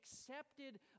accepted